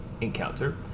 encounter